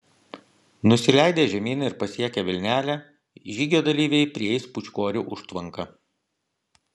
nusileidę žemyn ir pasiekę vilnelę žygio dalyviai prieis pūčkorių užtvanką